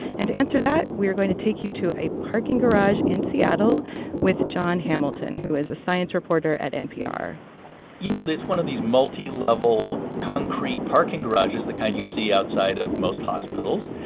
and to answer that, we are going to take you to a parking garage in seattle with jon hamilton, who is a science reporter at npr you know, it's one of these multilevel concrete parking garages, the kind you see outside of most hospitals,